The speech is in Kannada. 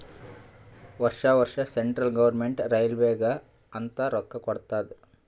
ವರ್ಷಾ ವರ್ಷಾ ಸೆಂಟ್ರಲ್ ಗೌರ್ಮೆಂಟ್ ರೈಲ್ವೇಗ ಅಂತ್ ರೊಕ್ಕಾ ಕೊಡ್ತಾದ್